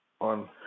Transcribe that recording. on